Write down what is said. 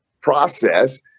process